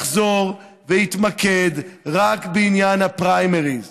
השוחד לסיעות שאין בהן פריימריז,